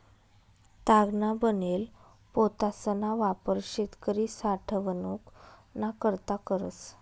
तागना बनेल पोतासना वापर शेतकरी साठवनूक ना करता करस